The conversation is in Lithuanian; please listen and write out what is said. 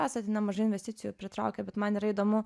esat nemažai investicijų pritraukę bet man yra įdomu